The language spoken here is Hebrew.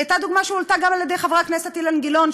והיא הייתה דוגמה שהועלתה גם על-ידי חבר הכנסת אילן גילאון,